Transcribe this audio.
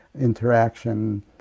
interaction